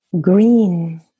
green